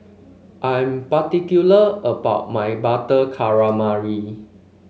I am particular about my Butter Calamari